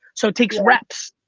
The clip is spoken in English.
so it takes reps.